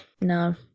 no